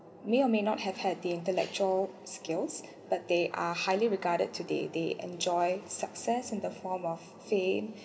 may or may not had had the intellectual skills but they are highly regarded to they they enjoy success in the form of fame